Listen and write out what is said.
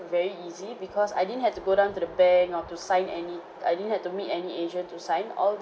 very easy because I didn't had to go down to the bank or to sign any I didn't had to meet any agent to sign all